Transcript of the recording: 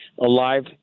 alive